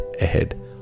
ahead